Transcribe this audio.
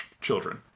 children